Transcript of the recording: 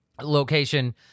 location